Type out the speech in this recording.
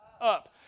Up